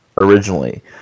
originally